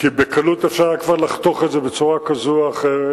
כי בקלות אפשר היה כבר לחתוך את זה בצורה כזאת או אחרת.